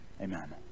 amen